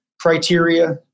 criteria